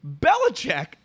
Belichick